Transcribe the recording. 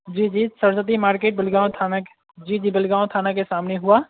जी जी सरस्वती मार्केट गुड़गाँव थाने जी जी गुड़गाँव थाना के सामने हुआ